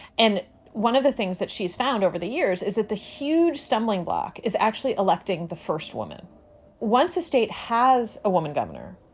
and one of the things that she's found over the years is that the huge stumbling block is actually electing the first woman once the state has a woman governor.